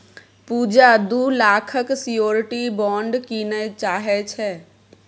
पुजा दु लाखक security bond कीनय चाहै छै